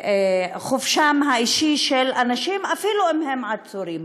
החופש האישי של אנשים, אפילו אם הם עצורים.